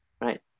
right